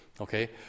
Okay